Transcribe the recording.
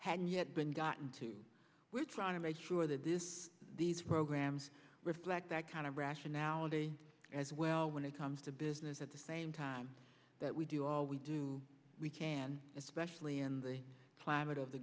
had yet been gotten to were trying to make sure that this these programs reflect that kind of rationality as well when it comes to business at the same time that we do all we do we can especially in the climate of the